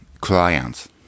clients